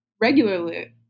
regularly